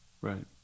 Right